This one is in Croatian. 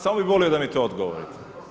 Samo bih volio da mi to odgovorite.